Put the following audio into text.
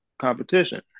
competition